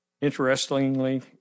Interestingly